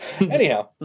Anyhow